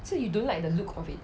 so you don't like the look of it